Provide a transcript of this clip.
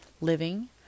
living